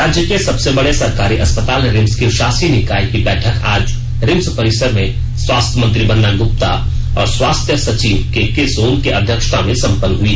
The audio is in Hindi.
राज्य के सबसे बड़े सरकारी अस्पताल रिम्स की शासी निकाय ् की बैठक आज रिम्स परिसर में स्वास्थ्य मंत्री बन्ना गुप्ता और स्वास्थ्य सचिव के के सोन की अध्यक्षता में संपन्न हुई